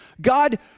God